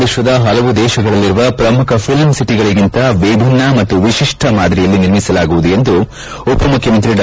ವಿಶ್ವದ ಹಲವು ದೇಶಗಳಲ್ಲಿರುವ ಶ್ರಮುಖ ಫಿಲ್ಲಂ ಸಿಟಿಗಳಗಿಂತ ವಿಭಿನ್ನ ಮತ್ತು ವಿಶಿಷ್ಟ ಮಾದರಿಯಲ್ಲಿ ನಿರ್ಮಿಸಲಾಗುವುದು ಎಂದು ಉಪಮುಖ್ಯಮಂತ್ರಿ ಡಾ